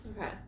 Okay